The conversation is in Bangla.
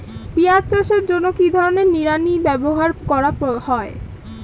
পিঁয়াজ চাষের জন্য কি ধরনের নিড়ানি ব্যবহার করা হয়?